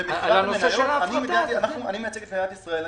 אני מייצג את מדינת ישראל.